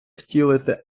втілити